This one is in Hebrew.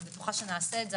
אני בטוחה שנעשה את זה,